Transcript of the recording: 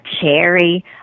Cherry